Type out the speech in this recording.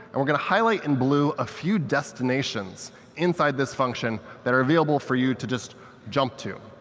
and we're going to highlight in blue a few destinations inside this function that are available for you to just jump to.